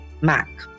MAC